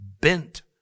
bent